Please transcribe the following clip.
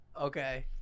Okay